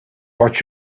what